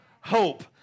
hope